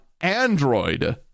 Android